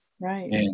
Right